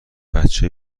بچه